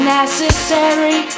necessary